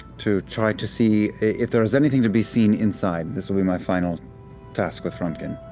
to try to see if there was anything to be seen inside. this will be my final task with frumpkin.